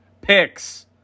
picks